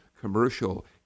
commercial